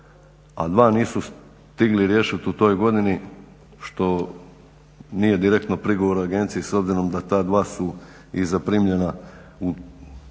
a 2 nisu stigli riješit u toj godini što nije direktno prigovor agenciji s obzirom da ta dva su i zaprimljena u to vrijeme